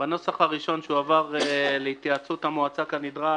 בנוסח הראשון שהועבר להתייעצות המועצה כנדרש,